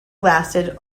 lasted